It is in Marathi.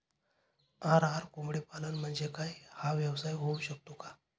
आर.आर कोंबडीपालन म्हणजे काय? हा व्यवसाय होऊ शकतो का?